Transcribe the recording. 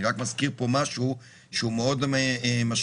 אני רק מזכיר פה משהו מאוד משמעותי.